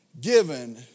given